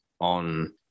on